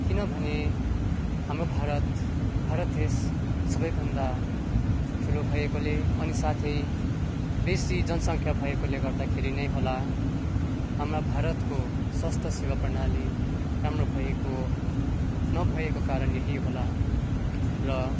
किनभने हाम्रो भारत भारत देश सबैभन्दा ठुलो भएकोले अनि साथै बेसी जनसङ्ख्या भएकोले गर्दाखेरि नै होला हाम्रा भारतको स्वास्थ्य सेवा प्रणाली राम्रो भएको नभएको कारण यही होला र